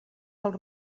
dels